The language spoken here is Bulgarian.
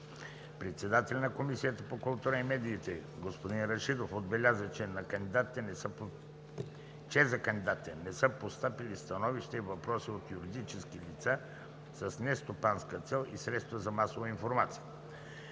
Председателят на Комисията по културата и медиите господин Вежди Рашидов отбеляза, че за кандидатите не са постъпили становища и въпроси от юридически лица с нестопанска цел и средства за масова информация.